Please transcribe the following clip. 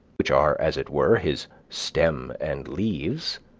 which are, as it were, his stem and leaves.